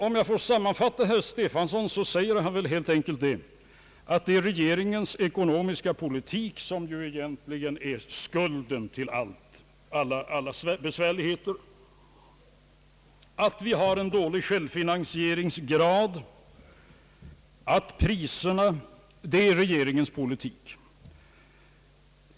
Om jag så får sammanfatta herr Stefansons anförande, så säger han väl helt enkelt det, att det är regeringens ekonomiska politik som egentligen är skulden till alla besvärligheter — den dåliga självfinansieringsgraden, priserna, allt beror på regeringens politik.